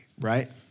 right